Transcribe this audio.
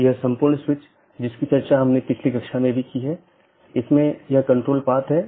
और यह मूल रूप से इन पथ विशेषताओं को लेता है